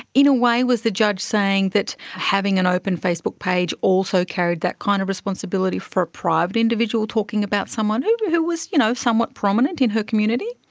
in a way was the judge saying that having an open facebook page also carried that kind of responsibility for a private individual talking about someone who was you know somewhat prominent in her community?